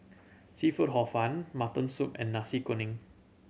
seafood Hor Fun mutton soup and Nasi Kuning